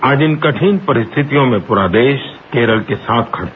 आज इन कठिन परिस्थितियों में पूरा देश केरल के साथ खड़ा है